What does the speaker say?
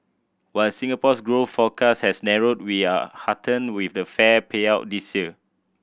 while Singapore's growth forecast has narrowed we are heartened with the fair payout this year